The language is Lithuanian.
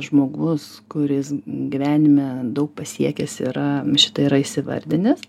žmogus kuris gyvenime daug pasiekęs yra šitą yra įsivardinęs